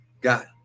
God